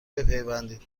بپیوندید